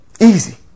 easy